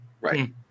Right